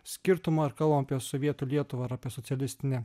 skirtumo ar kalbam apie sovietų lietuvą ar apie socialistinę